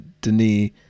Denis